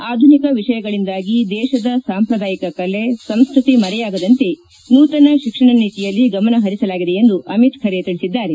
ಆಧುನಿಕ ವಿಷಯಗಳಿಂದಾಗಿ ದೇಶದ ಸಾಂಪ್ರದಾಯಿಕ ಕಲೆ ಸಂಸ್ಕತಿ ಮರೆಯಾಗದಂತೆ ನೂತನ ಶಿಕ್ಷಣ ನೀತಿಯಲ್ಲಿ ಗಮನ ಪರಿಸಲಾಗಿದೆ ಎಂದು ಅಮಿತ್ ಖರೆ ತಿಳಿಸಿದ್ದಾರೆ